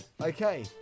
Okay